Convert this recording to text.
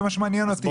זה מה שמעניין אותי,